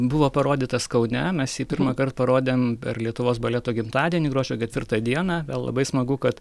buvo parodytas kaune mes jį pirmąkart parodėm per lietuvos baleto gimtadienį gruodžio ketvirtą dieną vėl labai smagu kad